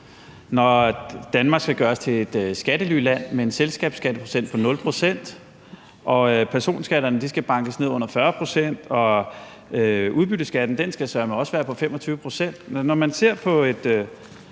når Danmark skal gøres til et skattelyland med en selskabsskatteprocent på 0, og når personskatterne skal bankes ned under 40 pct. – og udbytteskatten skal søreme også være på 25